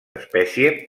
espècie